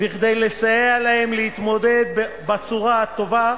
כדי לסייע להם להתמודד בצורה הטובה